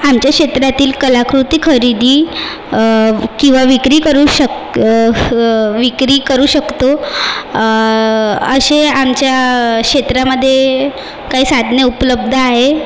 आमच्या क्षेत्रातील कलाकृती खरेदी किंवा विक्री करू शक विक्री करू शकतो असे आमच्या क्षेत्रामध्ये काही साधने उपलब्ध आहे